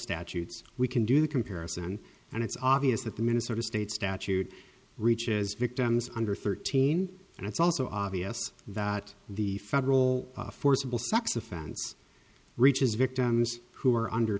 statutes we can do the comparison and it's obvious that the minnesota state statute reaches victims under thirteen and it's also obvious that the federal forcible sex offense reaches victims who are under